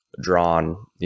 drawn